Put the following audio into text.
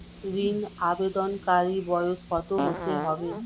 ঋন আবেদনকারী বয়স কত হতে হবে?